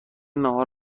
ناهار